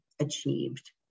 achieved